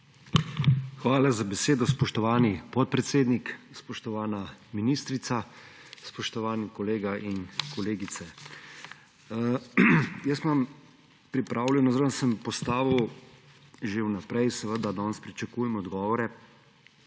Hvala za besedo, spoštovani podpredsednik. Spoštovana ministrica, spoštovani kolega in kolegice! Imam pripravljeno oziroma sem postavil že vnaprej seveda, danes pričakujem odgovore,